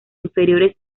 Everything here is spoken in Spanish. inferiores